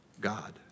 God